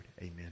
amen